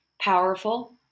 powerful